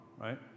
right